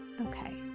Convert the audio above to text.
Okay